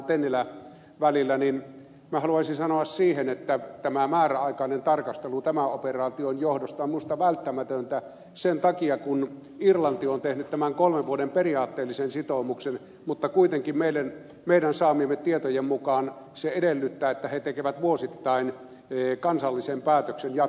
tennilän välillä haluaisin sanoa että tämä määräaikainen tarkastelu tämän operaation johdosta on minusta välttämätöntä sen takia että irlanti on tehnyt tämän kolmen vuoden periaatteellisen sitoumuksen mutta kuitenkin meidän saamiemme tietojen mukaan se edellyttää että he tekevät vuosittain kansallisen päätöksen jatko osallistumisesta